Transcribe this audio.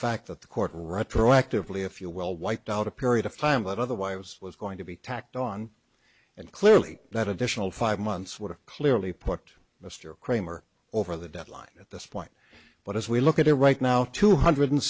fact that the court retroactively if you well wiped out a period of time what other wives was going to be tacked on and clearly that additional five months would clearly part mr kramer over the deadline at this point but as we look at it right now two hundred and